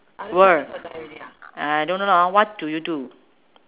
world I don't know what do you do